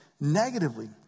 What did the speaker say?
negatively